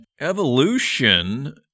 Evolution